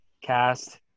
cast